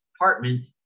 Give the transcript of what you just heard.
apartment